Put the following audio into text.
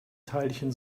teilchen